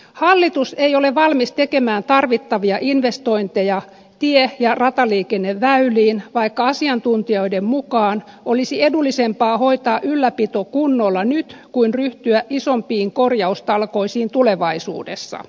hallitus ei ole valmis tekemään tarvittavia investointeja tie ja rataliikenneväyliin vaikka asiantuntijoiden mukaan olisi edullisempaa hoitaa ylläpito kunnolla nyt kuin ryhtyä isompiin korjaustalkoisiin tulevaisuudessa